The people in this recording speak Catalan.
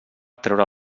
treure